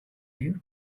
you